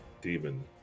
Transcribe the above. demon